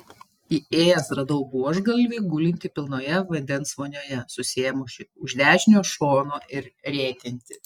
įėjęs radau buožgalvį gulintį pilnoje vandens vonioje susiėmusį už dešinio šono ir rėkiantį